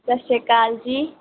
ਸਤਿ ਸ਼੍ਰੀ ਅਕਾਲ ਜੀ